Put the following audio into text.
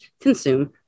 consume